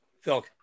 Phil